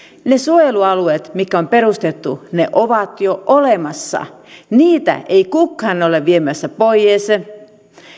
ne suojelualueet mitkä on perustettu ovat jo olemassa niitä ei kukaan ole viemässä pois